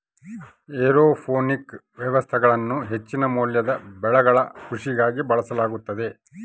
aeroponic ವ್ಯವಸ್ಥೆಗಳನ್ನು ಹೆಚ್ಚಿನ ಮೌಲ್ಯದ ಬೆಳೆಗಳ ಕೃಷಿಗಾಗಿ ಬಳಸಲಾಗುತದ